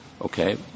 okay